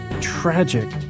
tragic